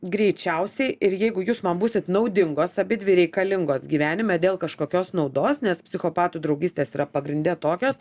greičiausiai ir jeigu jūs man būsit naudingos abidvi reikalingos gyvenime dėl kažkokios naudos nes psichopatų draugystės yra pagrinde tokios